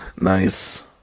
Nice